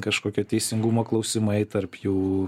kažkokie teisingumo klausimai tarp jų